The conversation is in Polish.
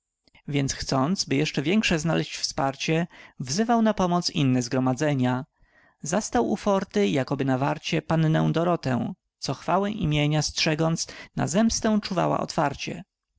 więc chcąc by jeszcze większe znaleźć wsparcie wzywał na pomoc inne zgromadzenia zastał u fórty jakoby na warcie pannę dorotę co chwałę imienia strzegąc na zemstę czuwała otwarcie